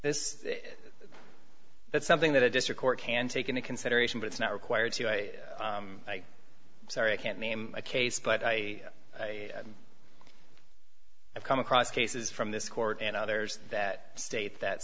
this that's something that a district court can take into consideration but it's not required to i'm sorry i can't name a case but i have come across cases from this court and others that state that